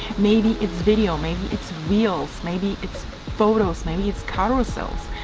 maybe it's video, maybe it's reels, maybe it's photos, maybe it's carousels.